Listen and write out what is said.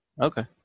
Okay